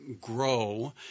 grow